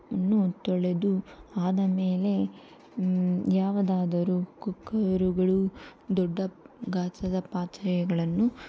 ಅನ್ನು ತೊಳೆದು ಆದ ಮೇಲೆ ಯಾವುದಾದರೂ ಕುಕ್ಕರುಗಳು ದೊಡ್ಡ ಗಾತ್ರದ ಪಾತ್ರೆಗಳನ್ನು